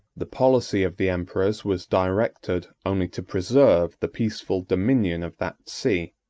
the policy of the emperors was directed only to preserve the peaceful dominion of that sea,